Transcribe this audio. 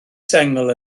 sengl